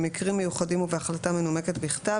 במקרים מיוחדים ובהחלטה מנומקת בכתב,